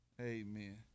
Amen